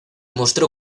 mostró